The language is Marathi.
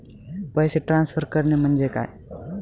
पैसे ट्रान्सफर करणे म्हणजे काय?